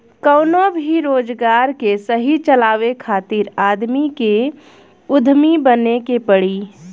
कवनो भी रोजगार के सही चलावे खातिर आदमी के उद्यमी बने के पड़ी